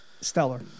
stellar